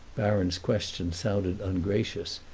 baron's question sounded ungracious,